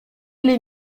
les